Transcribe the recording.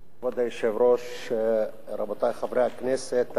כבוד היושב-ראש, רבותי חברי הכנסת, אני מבין